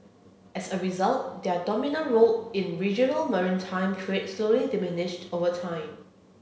as a result their dominant role in regional maritime trade slowly diminished over time